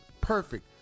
perfect